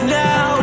now